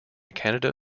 canada